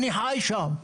אני חי שם.